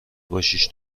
باشیش